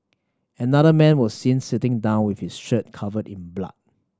another man was seen sitting down with his shirt covered in blood